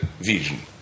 vision